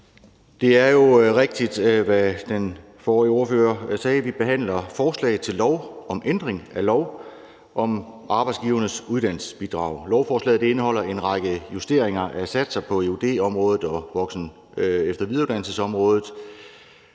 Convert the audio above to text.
Det er jo rigtigt, hvad den forrige ordfører sagde: Vi behandler forslag til lov om ændring af lov om Arbejdsgivernes Uddannelsesbidrag. Lovforslaget indeholder en række justeringer af satser på eud-området og voksen-, efter- og videreuddannelsesområdet.